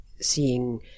seeing